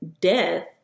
death